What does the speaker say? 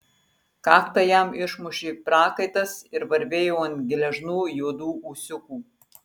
kaktą jam išmušė prakaitas ir varvėjo ant gležnų juodų ūsiukų